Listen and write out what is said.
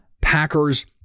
Packers